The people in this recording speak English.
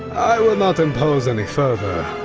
will not impose any further,